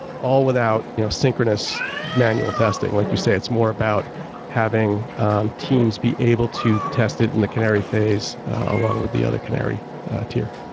all without you know synchronous manual testing, like you say. it's more about having teams be able to test it in the canary phase along with the other canary tier